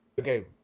Okay